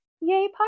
yay